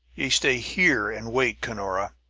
ye stay here and wait, cunora!